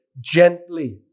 gently